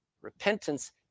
Repentance